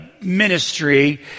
ministry